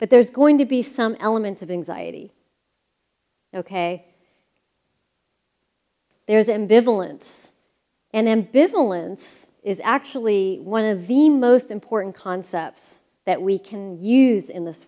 but there's going to be some elements of anxiety ok there's ambivalence and ambivalence is actually one of the most important concepts that we can use in this